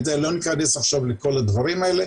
לא ניכנס עכשיו לכל הדברים האלה,